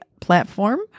platform